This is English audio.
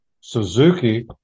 Suzuki